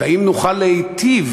האם נוכל להיטיב,